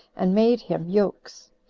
and made him yokes,